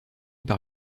par